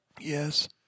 yes